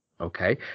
Okay